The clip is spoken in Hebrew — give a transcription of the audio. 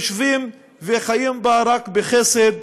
יושבים וחיים בה רק בחסד,